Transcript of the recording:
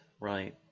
right